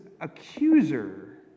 accuser